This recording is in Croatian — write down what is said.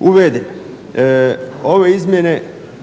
uvede. Ove izmjene